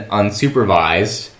unsupervised